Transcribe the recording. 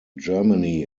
germany